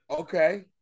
Okay